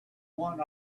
want